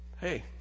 Hey